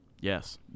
Yes